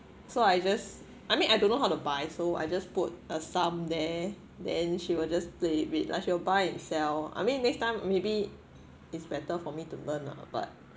so I just I mean I don't know how to buy so I just put a sum there then she will just play with it lah she will buy and sell I mean next time maybe it's better for me to learn lah but